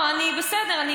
טוב, אז תרשי לי, יוליה.